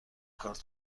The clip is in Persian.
کارت